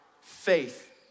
faith